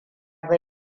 ba